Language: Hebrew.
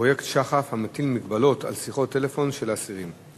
פרויקט שח"ף המטיל מגבלות על שיחות טלפון של אסירים.